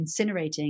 incinerating